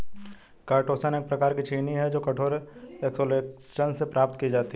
chitosan एक प्रकार की चीनी है जो कठोर एक्सोस्केलेटन से प्राप्त की जाती है